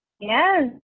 Yes